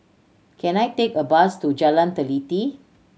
can I take a bus to Jalan Teliti